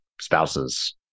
spouses